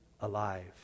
alive